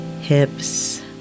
hips